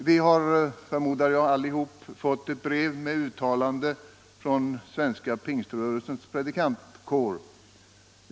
Vi har, förmodar jag, alla fått ett brev med uttalande av Svenska pingströrelsens predikantkår.